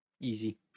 Easy